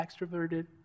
extroverted